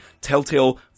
Telltale